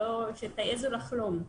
שתעזו לחלום.